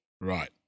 Right